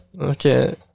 Okay